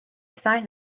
signs